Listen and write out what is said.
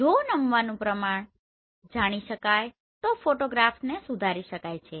જો નમવાનું પ્રમાણ જાણી શકાય તો ફોટોગ્રાફ્સને સુધારી શકાય છે